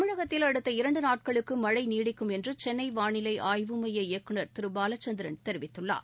தமிழகத்தில் அடுத்த இரண்டுநாட்களுக்குமழைநீடிக்கும் என்றுசென்னைவானிலைஆய்வு மைய இயக்குநர் திருபாலச்சந்திரன் தெரிவித்துள்ளார்